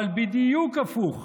אבל בדיוק הפוך: